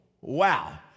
Wow